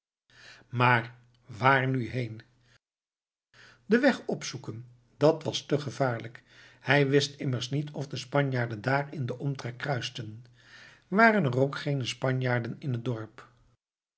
maar waar nu heen den weg opzoeken dat was te gevaarlijk hij wist immers niet of de spanjaarden daar in den omtrek kruisten waren er ook geene spanjaarden in het dorp